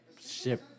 ship